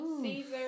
Caesar